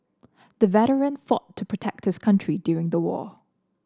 the veteran fought to protect this country during the war